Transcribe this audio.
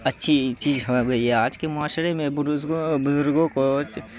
اچھی چیز ہو گئی ہے آج کے معاشرے میں برزگوں بزرگوں کو